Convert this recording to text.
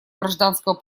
гражданского